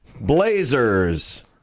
Blazers